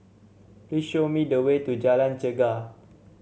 please show me the way to Jalan Chegar